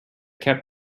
kept